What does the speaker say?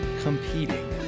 competing